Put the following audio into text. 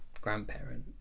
grandparent